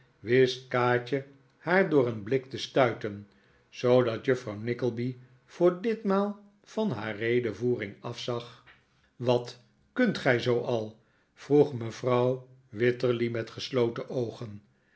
wist kaatje haar door een blik te stuiten zoodat juffrouw nickleby voor ditmaal van haar redevoering afzag wat kunt gij zoo al vroeg mevrouw wititterly met gesloten oogen